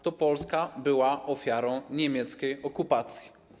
To Polska była ofiarą niemieckiej okupacji.